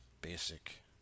basic